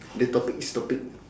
the topic is topic